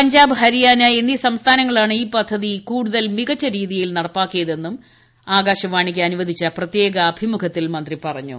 പഞ്ചാബ് ഹരിയാന എന്നീ സംസ്ഥാനങ്ങളാണ് ഈ പദ്ധതി കൂടുതൽ മികച്ച രീതിയിൽ നടപ്പാക്കിയതെന്നും മന്ത്രി ആകാശവാണിക്ക് അനുവദിച്ച പ്രത്യേക അഭിമുഖത്തിൽ പറഞ്ഞു